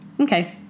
Okay